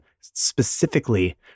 specifically